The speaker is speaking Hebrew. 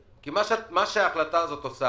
להקים מפעל בשנתיים -- מה זאת אומרת בעיה?